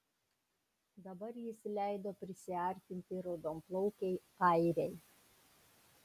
dabar jis leido prisiartinti raudonplaukei airei